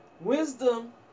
wisdom